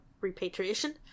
repatriation